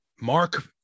mark